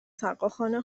سقاخانه